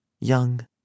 Young